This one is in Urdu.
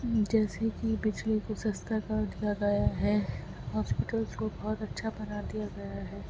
جیسے کہ پچھلی کچھ کر دیا گیا ہے ہاسپیٹلس کو بہت اچھا بنا دیا گیا ہے